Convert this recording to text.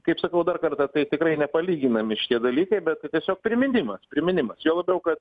kaip sakau dar kartą tai tikrai nepalyginami šitie dalykai bet tai tiesiog priminimas priminimas juo labiau kad